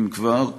אם כבר.